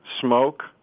smoke